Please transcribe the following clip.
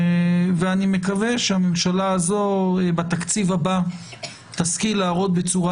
ואני מקווה שהממשלה הזאת בתקציב הבא תשכיל להראות בצורה